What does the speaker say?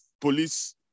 police